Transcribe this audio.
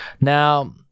Now